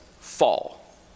fall